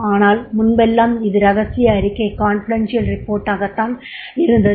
ஆனால் முன்பெல்லாம் இது ரகசிய அறிக்கை -யாகத் தான் இருந்தது